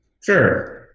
Sure